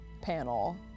panel